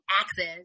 access